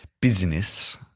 business